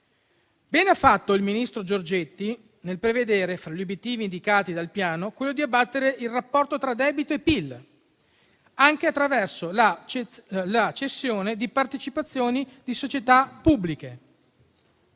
Bene ha fatto il ministro Giorgetti a prevedere, fra gli obiettivi indicati dal Piano, quello di abbattere il rapporto tra debito e PIL, anche attraverso la cessione di partecipazioni di società pubbliche.